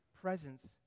presence